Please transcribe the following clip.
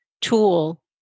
tool